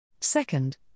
Second